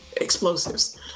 explosives